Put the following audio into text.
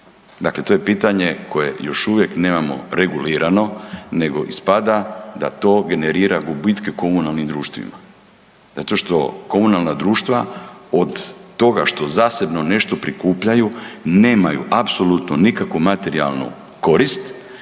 Dakle, to je pitanje koje još uvijek nemamo regulirano nego ispada da to generira gubitke komunalnim društvima zato što komunalna društva od toga što zasebno nešto prikupljaju nemaju apsolutno nikakvu materijalnu korist